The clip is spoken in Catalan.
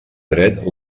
dret